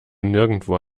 nirgendwo